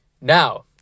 Now